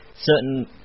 certain